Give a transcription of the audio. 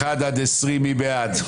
2 בעד,